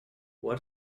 what